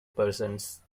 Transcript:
persons